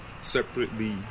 Separately